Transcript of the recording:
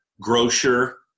grocer